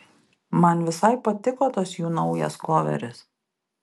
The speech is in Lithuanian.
man visai patiko tas jų naujas koveris